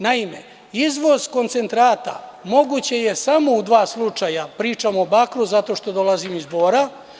Naime, izvoz koncentrata moguće je samo u dva slučaja, pričam o bakru zato što dolazim iz Bora.